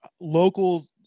local